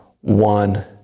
one